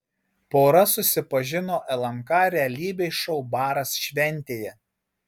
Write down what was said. pora susipažino lnk realybės šou baras šventėje